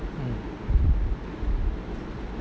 mm